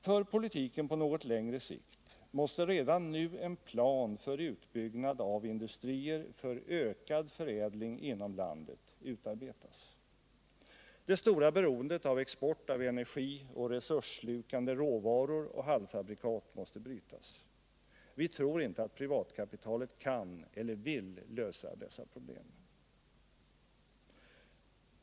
För politiken på något längre sikt måste redan nu en plan för utbyggnad av industrier för ökad förädling inom landet utarbetas. Det stora beroendet av export av energioch resursslukande råvaror och halvfabrikat måste brytas. Vi tror inte att privatkapitalet kan eller vill lösa dessa problem.